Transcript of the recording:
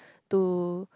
to